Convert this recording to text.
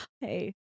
hey